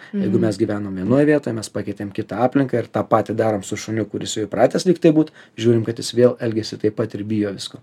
jeigu mes gyvenom vienoj vietoj mes pakeitėm kitą aplinką ir tą patį darom su šuniu kuris jau įpratęs lyg tai būt žiūrim kad jis vėl elgiasi taip pat ir bijo visko